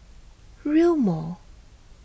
Rail Mall